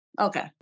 Okay